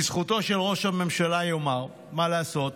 לזכותו של ראש הממשלה ייאמר, מה לעשות,